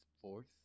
fourth